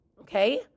okay